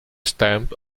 stamp